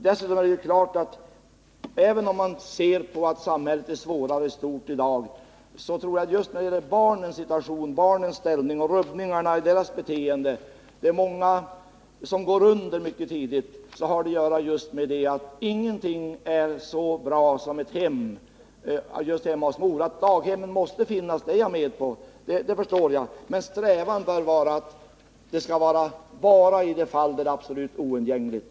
Dessutom är det klart att även om man tar hänsyn till att samhället i stort är svårare att leva i nu, så tror jag att barnens situation, barnens ställning och rubbningarna i deras beteende — det är många som går under mycket tidigt — haratt göra just med detta att ingenting är så bra som ett hem med en mor. Att några daghem måste finnas förstår jag, men strävan skall vara att de används bara i de fall då det är absolut oundgängligt.